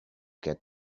get